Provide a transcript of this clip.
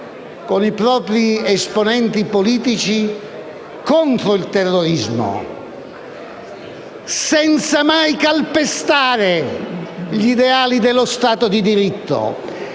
con i propri esponenti politici contro il terrorismo, senza mai calpestare gli ideali dello Stato di diritto.